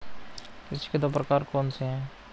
कृषि के दो प्रकार कौन से हैं?